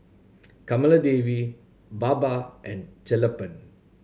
Kamaladevi Baba and Sellapan